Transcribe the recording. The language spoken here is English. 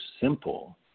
simple